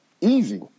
easy